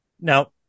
Now